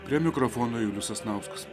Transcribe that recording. prie mikrofono julius sasnauskas